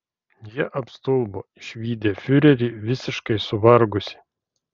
jie apstulbo išvydę fiurerį visiškai suvargusį